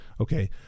Okay